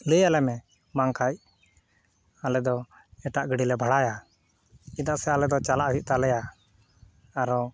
ᱞᱟᱹᱭᱟᱞᱮᱢᱮ ᱵᱟᱝᱠᱷᱟᱡ ᱟᱞᱮᱫᱚ ᱮᱴᱟᱜ ᱜᱟᱹᱰᱤᱞᱮ ᱵᱷᱟᱲᱟᱭᱟ ᱪᱮᱫᱟᱜ ᱥᱮ ᱟᱞᱮᱫᱚ ᱪᱟᱞᱟᱜ ᱦᱩᱭᱩᱜ ᱛᱟᱞᱮᱭᱟ ᱟᱨᱚ